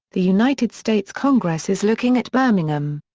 the united states congress is looking at birmingham.